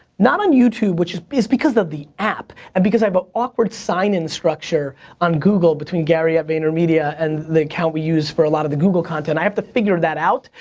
not on youtube which is is because of the app and because i have a awkward sign-in structure on google between gary vaynermedia and the account we use for a lot of the google content. i have to figure that out.